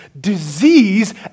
disease